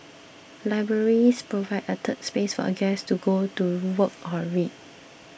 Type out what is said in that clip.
libraries provide a 'third space' for a guest to go to work or read